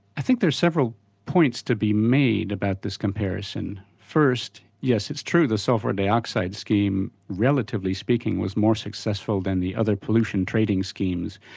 i think there are several points to be made about this comparison. first, yes it's true the sulphur dioxide scheme relatively speaking, was more successful than the other pollution trading schemes,